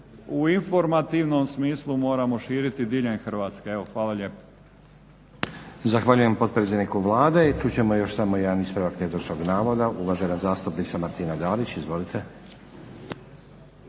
u informativnom smislu moramo širiti diljem Hrvatske. Hvala lijepo.